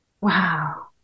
Wow